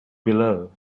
below